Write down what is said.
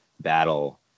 battle